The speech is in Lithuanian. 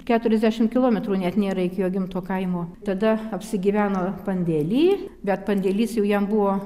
keturiasdešim kilometrų net nėra iki jo gimto kaimo tada apsigyveno pandėly bet pandėlys jau jam buvo